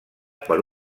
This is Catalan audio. per